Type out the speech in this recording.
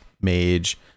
mage